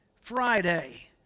Friday